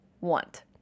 want